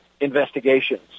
investigations